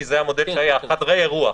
כי זה המודל שהיה חדרי אירוח.